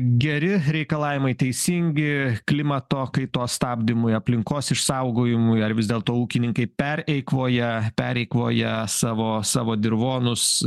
geri reikalavimai teisingi klimato kaitos stabdymui aplinkos išsaugojimui ar vis dėlto ūkininkai pereikvoję pereikvoja savo savo dirvonus